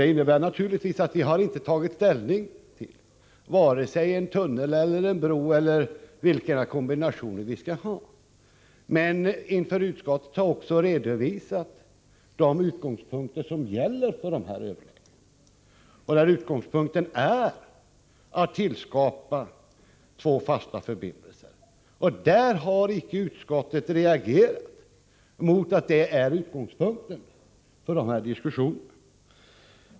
Det innebär naturligtvis att vi inte har tagit ställning till vare sig en tunnel, en bro eller vilka kombinationer som vi skall ha. Inför utskottet har emellertid också redovisats den utgångspunkt som gäller för överläggningarna. Det är att tillskapa två fasta förbindelser. Utskottet har icke reagerat mot att det är utgångspunkten för diskussionerna.